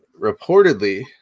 Reportedly